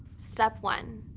step one,